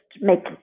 make